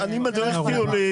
אני מדריך טיולים,